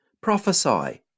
Prophesy